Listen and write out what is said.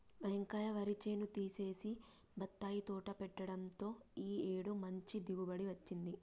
వెంకయ్య వరి చేను తీసేసి బత్తాయి తోట పెట్టడంతో ఈ ఏడు మంచి దిగుబడి వచ్చింది